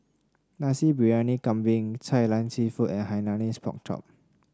Nasi Briyani Kambing Kai Lan seafood and Hainanese Pork Chop